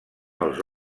els